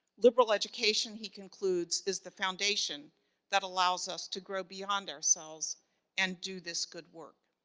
liberal education, he concludes, is the foundation that allows us to grow beyond ourselves and do this good work.